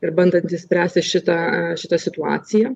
ir bandant išspręsti šitą šitą situaciją